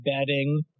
bedding